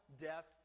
death